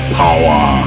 power